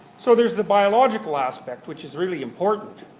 so there's the biological aspect, which is really important.